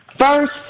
first